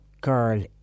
girl